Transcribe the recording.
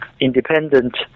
independent